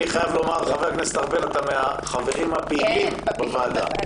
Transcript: חבר הכנסת ארבל, אתה מן החברים הפעילים בוועדה.